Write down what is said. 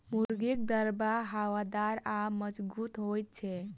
मुर्गीक दरबा हवादार आ मजगूत होइत छै